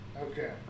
Okay